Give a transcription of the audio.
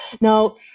Now